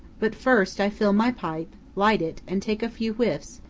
but, first, i fill my pipe, light it, and take a few whiffs,